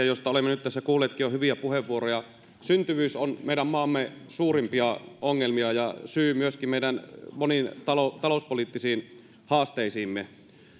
josta olemme nyt tässä kuulleetkin jo hyviä puheenvuoroja syntyvyys on meidän maamme suurimpia ongelmia ja myöskin syy meidän moniin talouspoliittisiin haasteisiimme